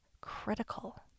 critical